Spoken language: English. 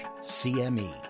CME